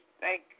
thank